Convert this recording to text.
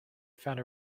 found